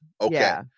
Okay